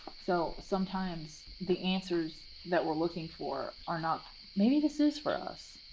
so, sometimes the answers that we're looking for are not maybe this is for us.